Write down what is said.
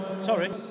Sorry